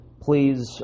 Please